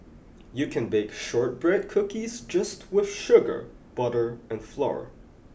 you can bake shortbread cookies just with sugar butter and flour